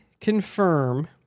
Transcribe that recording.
confirm